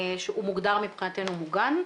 שהוא מוגדר מבחינתנו מוגן,